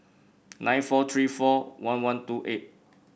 nine four three four one one two eight